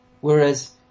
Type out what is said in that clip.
whereas